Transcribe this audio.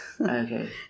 Okay